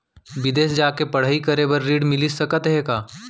बिदेस जाके पढ़ई करे बर ऋण मिलिस सकत हे का?